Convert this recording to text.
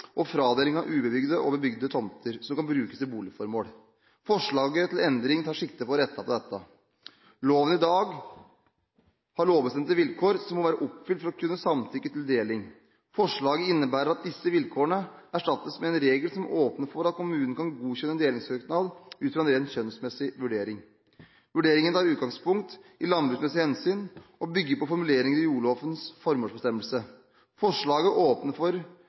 og fradeling av ubebygde og bebygde tomter som kan brukes til boligformål. Forslaget til endring tar sikte på å rette på dette. Loven har i dag bestemte vilkår som må være oppfylt for å kunne samtykke til deling. Forslaget innebærer at disse vilkårene erstattes med en regel som åpner for at kommunen kan godkjenne en delingssøknad ut fra en ren skjønnsmessig vurdering. Vurderingen tar utgangspunkt i landbruksmessige hensyn og bygger på formuleringer i jordlovens formålsbestemmelse. Forslaget åpner for